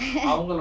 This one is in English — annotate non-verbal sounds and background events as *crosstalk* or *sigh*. *noise*